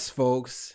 folks